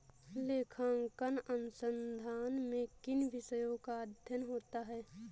लेखांकन अनुसंधान में किन विषयों का अध्ययन होता है?